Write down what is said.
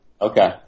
Okay